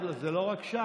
זה לא רק שם.